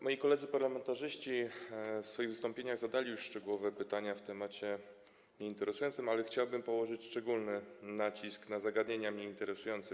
Moi koledzy parlamentarzyści w swoich wystąpieniach zadali już szczegółowe pytania w temacie mnie interesującym, ale chciałbym położyć szczególny nacisk na zagadnienia mnie interesujące.